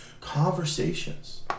conversations